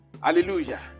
Hallelujah